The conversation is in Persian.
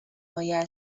آیه